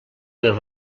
les